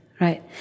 right